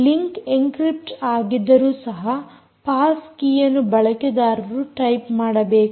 link encrypt ಆಗಿದ್ದರೂ ಸಹ ಪಾಸ್ಕೀಯನ್ನು ಬಳಕೆದಾರರು ಟೈಪ್ ಮಾಡಬೇಕು